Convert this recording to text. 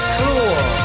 cool